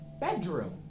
bedroom